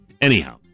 Anyhow